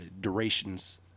durations